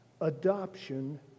adoption